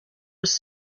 was